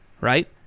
right